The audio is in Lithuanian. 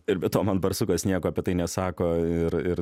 ir be to man barsukas nieko apie tai nesako ir ir